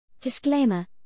Disclaimer